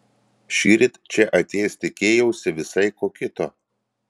šįryt čia atėjęs tikėjausi visai ko kito